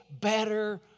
better